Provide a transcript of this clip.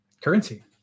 currency